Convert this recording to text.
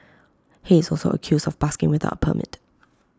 he is also accused of busking without A permit